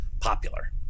popular